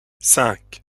cinq